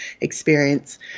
experience